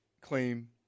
claim